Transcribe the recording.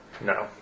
No